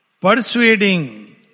Persuading